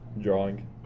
Drawing